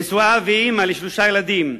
נשואה ואמא לשלושה ילדים,